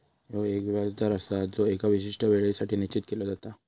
ह्यो एक व्याज दर आसा जो एका विशिष्ट येळेसाठी निश्चित केलो जाता